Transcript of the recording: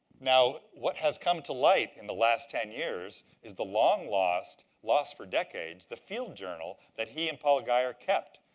now, what has come to light in the last ten years, is the long-lost lost for decades the field journal that he and paul guyer kept,